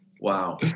wow